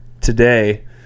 today